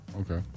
Okay